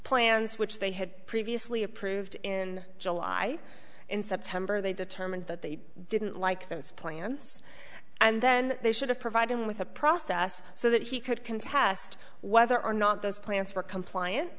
plans which they had previously approved in july in september they determined that they didn't like those plans and then they should have provided him with a process so that he could contest was there or not those plants were compliant